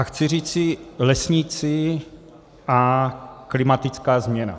Chci říci lesníci a klimatická změna.